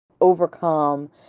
overcome